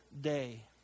day